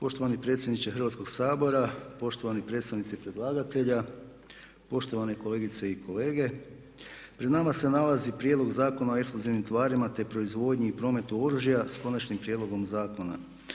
Poštovani predsjedniče Hrvatskog sabora, poštovani predstavnici predlagatelja, poštovane kolegice i kolege. Držimo da pred nama se nalazi Zakon o nabavi i registraciji oružja građana s konačnim prijedlogom zakona